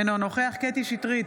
אינו נוכח קטי קטרין שטרית,